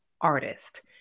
artist